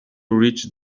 reach